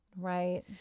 Right